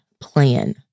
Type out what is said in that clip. plan